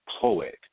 poet